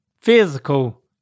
physical